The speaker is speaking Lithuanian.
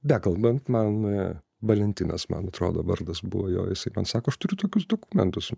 bekalbant man valentinas man atrodo vardas buvo jo jisai man sako aš turiu tokius dokumentus